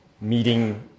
meeting